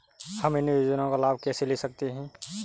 हम इन योजनाओं का लाभ कैसे ले सकते हैं?